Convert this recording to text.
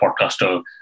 podcaster